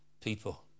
people